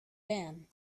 dan